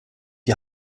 die